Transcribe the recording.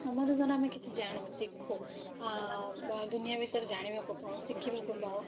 ସମ୍ବାଦ ଦ୍ଵାରା ଆମେ କିଛି ଜାଣୁ ଶିଖୁ ଦୁନିଆ ବିଷୟରେ ଜାଣିବାକୁ ପାଉ ଶିଖିବାକୁ ପାଉ